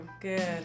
good